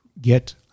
get